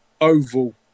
oval